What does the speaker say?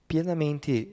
pienamente